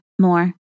more